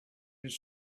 his